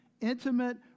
intimate